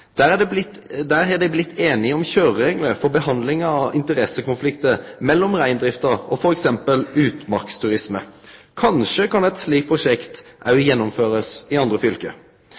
Der har dei blitt einige om køyrereglar for behandlinga av interessekonfliktar mellom reindrifta og t.d. utmarksturisme. Kanskje kan eit slikt prosjekt òg bli gjennomført i andre fylke.